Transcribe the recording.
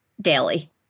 daily